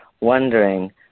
wondering